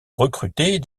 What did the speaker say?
recruter